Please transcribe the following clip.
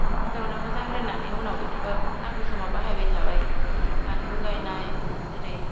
हाख'र जावनानै मोजां दोननानै उनाव बेखौबो नांगौ समाव बाहायबाय थाबाय बानलु गायनाय जेरै